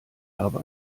habe